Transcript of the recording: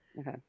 Okay